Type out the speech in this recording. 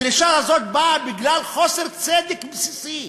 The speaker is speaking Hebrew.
הדרישה הזאת באה בגלל חוסר צדק בסיסי,